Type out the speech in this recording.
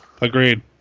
Agreed